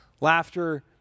Laughter